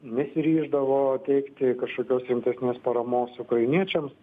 nesiryždavo teikti kažkokios rimtesnės paramos ukrainiečiams